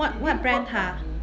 what what brand ha